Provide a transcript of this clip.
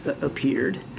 appeared